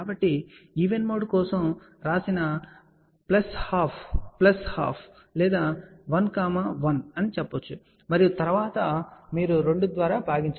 కాబట్టి even mode కోసం ఇక్కడ వ్రాసిన ప్లస్ సగం ప్లస్ సగం లేదా మీరు 1 1 అని చెప్పవచ్చు మరియు తరువాత మీరు 2 ద్వారా భాగించవచ్చు